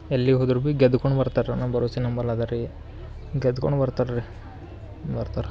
ಎಲ್ಲಿ ಹೊದ್ರೆ ಬಿ ಗೆದ್ದುಕೊಂಡ್ ಬರ್ತಾರ ನಾ ಬರೋಸಿ ನಂಬಲ್ ಅದ ರೀ ಗೆದ್ದುಕೊಂಡ್ ಬರ್ತಾರ್ ರೀ ಬರ್ತಾರ್